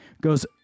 goes